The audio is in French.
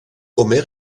homer